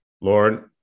Lord